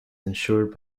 ensured